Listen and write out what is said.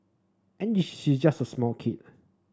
and she just a small kid